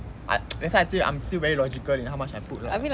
ah that's why I told you I'm still very logical in how much I put lah